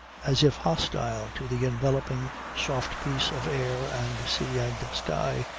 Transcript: as if hostile to the enveloping soft peace of air and sea and sky,